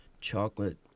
chocolate